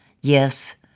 Yes